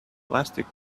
plastic